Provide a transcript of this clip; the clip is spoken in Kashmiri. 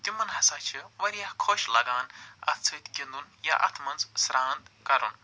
تِمن ہسا چھِ وارِیاہ خۄش لگان اَتھ سۭتۍ گِنٛدُن یا اتھ منٛز سران کَرُن